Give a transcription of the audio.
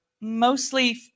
Mostly